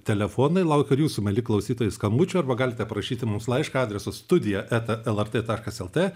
telefonai laukiu ir jūsų mieli klausytojai skambučio arba galite parašyti mums laišką adresu studija eta lrt taškas lt